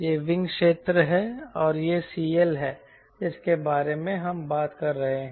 यह विंग क्षेत्र है और यह CL है जिसके बारे में हम बात कर रहे हैं